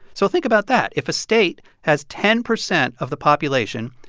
so think about that. if a state has ten percent of the population,